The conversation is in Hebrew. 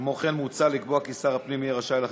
כמו כן מוצע לקבוע כי שר הפנים יהיה רשאי, לאחר